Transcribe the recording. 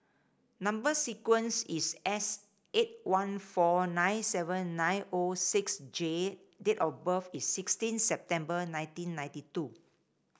number sequence is S eight one four nine seven nine O six J date of birth is sixteen September nineteen ninety two